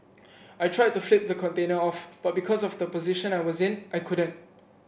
I tried to flip the container off but because of the position I was in I couldn't